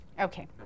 Okay